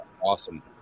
awesome